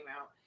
out